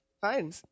fine